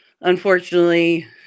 Unfortunately